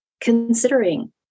considering